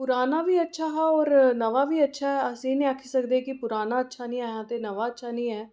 पुराना बी अच्छा हा और नमां बी अच्छा ऐ अस एह् नेईं आक्खी सकदे के पुराना अच्छा निं ऐ हा ते नमां अच्छा नेईं ऐ